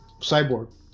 Cyborg